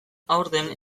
aurten